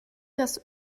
das